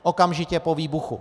Okamžitě po výbuchu.